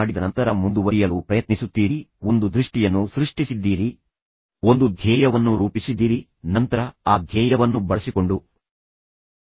ತದನಂತರ ಅವನನ್ನು ಬಿಟ್ಟು ಬೇರೆ ವ್ಯಕ್ತಿಯನ್ನು ಹುಡುಕುತ್ತಾ ಮತ್ತೆ ಹೊಸ ವ್ಯಕ್ತಿಯೊಂದಿಗೆ ಜೀವನದಲ್ಲಿ ಸಾಕಷ್ಟು ಸಂಘರ್ಷ ಮತ್ತು ಒತ್ತಡ ಸೃಷ್ಟಿಸಿಕೊಳ್ಳುತ್ತಾಳೆ